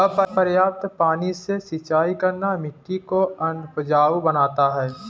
अपर्याप्त पानी से सिंचाई करना मिट्टी को अनउपजाऊ बनाता है